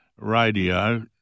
Radio